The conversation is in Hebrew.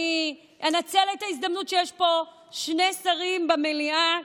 אני אנצל את ההזדמנות שיש פה שני שרים במליאה,